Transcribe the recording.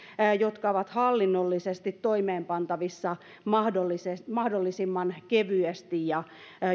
jotka ovat hallinnollisesti toimeenpantavissa mahdollisimman kevyesti ja